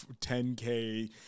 10K